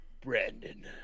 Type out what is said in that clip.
Brandon